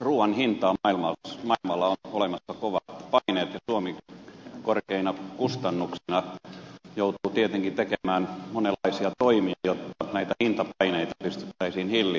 ruuan hintaa kohtaan maailmalla on olemassa kovat paineet ja suomi korkeiden kustannusten maana joutuu tietenkin tekemään monenlaisia toimia jotta näitä hintapaineita pystyttäisiin hillitsemään